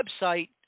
website